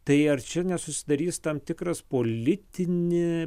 tai ar čia nesusidarys tam tikras politinė